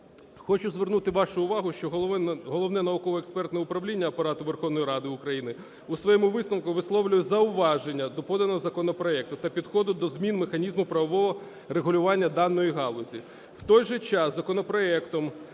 Хочу звернути вашу увагу, що Головне науково-експертне управління Апарату Верховної Ради України у своєму висновку висловлює зауваження до поданого законопроекту та підходу до змін механізму правового регулювання даної галузі.